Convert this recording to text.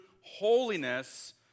holiness